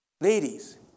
Ladies